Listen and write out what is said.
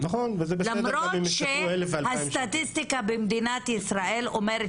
למרות שזה הסטטיסטיקה במדינת ישראל אומרת